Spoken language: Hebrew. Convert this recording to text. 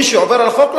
מי שעובר על החוק,